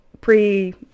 pre